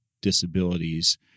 disabilities